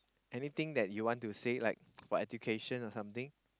anything that you want to say like for education or something